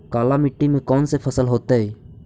काला मिट्टी में कौन से फसल होतै?